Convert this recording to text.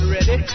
Ready